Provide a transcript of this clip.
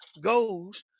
goes